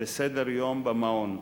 וסדר-יום במעון.